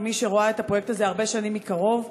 כמי שרואה את הפרויקט הזה הרבה שנים מקרוב,